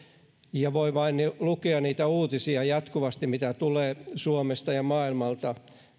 voi vain lukea niitä uutisia mitä tulee jatkuvasti suomesta ja maailmalta